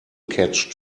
catch